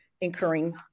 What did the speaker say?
incurring